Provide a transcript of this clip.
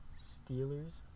Steelers